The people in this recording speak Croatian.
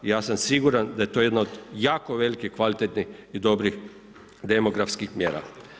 Ja sam siguran da je to jedno od jako velikih i kvalitetnih i dobrih demografskih mjera.